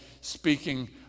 speaking